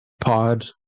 pod